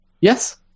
Yes